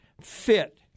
fit